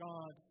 God